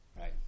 right